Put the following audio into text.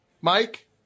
Mike